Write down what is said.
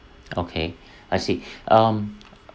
okay I see um